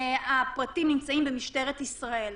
הפרטים נמצאים במשטרת ישראל.